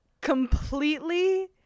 completely